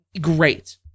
Great